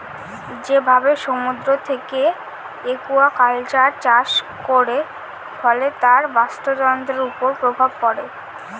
যেভাবে সমুদ্র থেকে একুয়াকালচার চাষ করে, ফলে তার বাস্তুতন্ত্রের উপর প্রভাব পড়ে